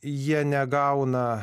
jie negauna